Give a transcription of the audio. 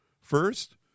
First